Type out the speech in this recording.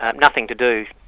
um nothing to do,